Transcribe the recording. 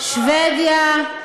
שבדיה,